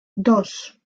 dos